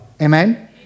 Amen